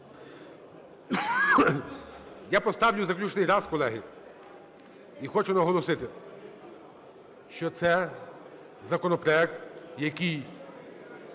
Я поставлю заключний раз, колеги. І хочу наголосити, що це законопроект, який